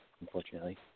unfortunately